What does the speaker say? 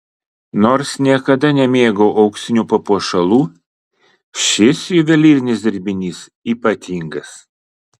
nors niekada nemėgau auksinių papuošalų šis juvelyrinis dirbinys ypatingas